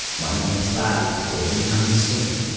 monument valley will be coming soon.